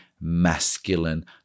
masculine